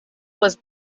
was